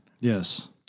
Yes